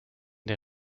der